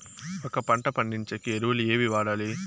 ఒక పంట పండించేకి ఎరువులు ఏవి వాడాలి?